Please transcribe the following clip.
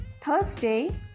Thursday